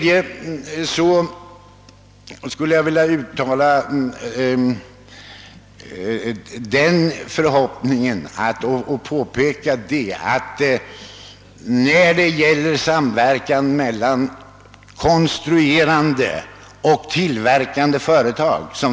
Jag skulle också vilja uttala förhoppningen att en intimare samverkan kom - mer till stånd med konstruerande och tillverkande företag.